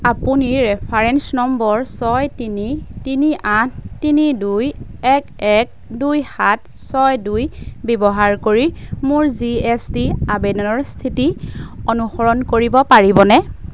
আপুনি reference number ছয় তিনি তিনি আঠ তিনি দুই এক এক দুই সাত ছয় দুই ব্যৱহাৰ কৰি মোৰ জি এছ টি আবেদনৰ স্থিতি অনুসৰণ কৰিব পাৰিবনে